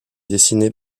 dessiné